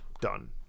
done